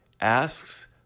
asks